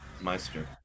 Meister